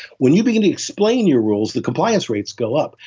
when you begin to explain your rules, the compliance rates go up.